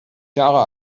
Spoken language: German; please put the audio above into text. jahre